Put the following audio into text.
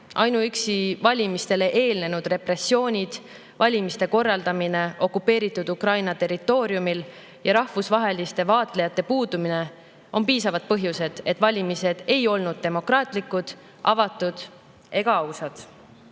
Ainuüksi valimistele eelnenud repressioonid, valimiste korraldamine okupeeritud Ukraina territooriumil ja rahvusvaheliste vaatlejate puudumine on piisavad põhjused, et [öelda, et] valimised ei olnud demokraatlikud, avatud ega ausad.